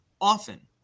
often